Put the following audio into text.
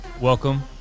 Welcome